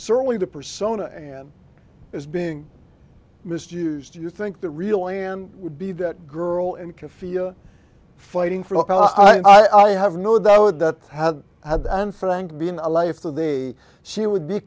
certainly the persona and is being misused you think the real land would be that girl and can feel fighting for i have no that would that have had and frank being a life that they she would be